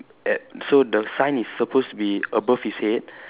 at so the sign is supposed to be above his head